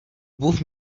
bůh